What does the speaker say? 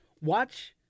Watch